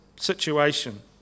situation